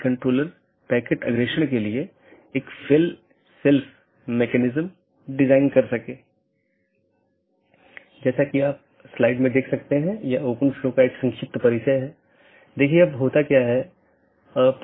इसलिए मैं AS के भीतर अलग अलग तरह की चीजें रख सकता हूं जिसे हम AS का एक कॉन्फ़िगरेशन कहते हैं